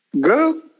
Go